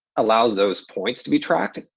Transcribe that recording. allows those points to be tracked.